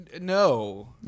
No